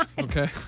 Okay